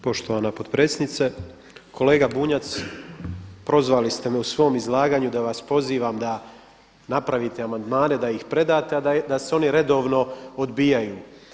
Poštovana potpredsjednice, kolega Bunjac prozvali ste me u svom izlaganju da vas pozivam da napravite amandmane, da ih predate a da se oni redovno odbijaju.